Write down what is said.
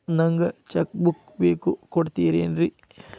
ನಂಗ cheque book ಬೇಕು ಕೊಡ್ತಿರೇನ್ರಿ?